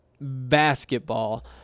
Basketball